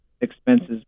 expenses